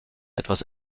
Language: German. etwas